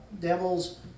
devils